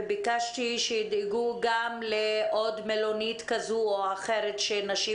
וביקשתי שידאגו גם לעוד מלונית כזו או אחרת כדי שנשים